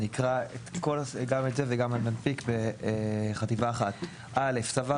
אני אקרא גם את זה וגם בחטיבה 1. סולק בעל היקף פעילות